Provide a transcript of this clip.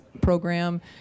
program